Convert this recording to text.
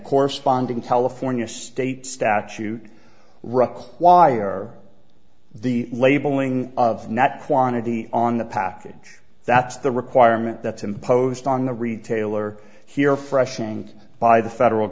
corresponding california state statute require the labeling of not quantity on the package that's the requirement that's imposed on the retailer here freshening by the federal